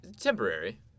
temporary